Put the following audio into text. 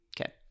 Okay